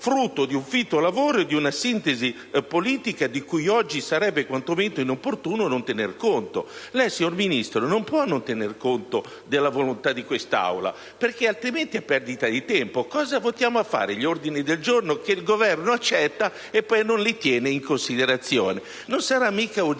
frutto di un fitto lavoro e di una sintesi politica di cui oggi sarebbe quanto meno inopportuno non tener conto. Lei, signora Ministro, non può non tener conto della volontà di quest'Aula, altrimenti è una perdita di tempo. Cosa votiamo a fare gli ordini del giorno che il Governo accoglie e poi non tiene in considerazione? Non sarà per caso